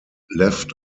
left